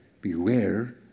beware